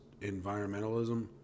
environmentalism